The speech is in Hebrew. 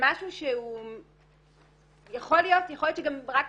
יכול להיות שרק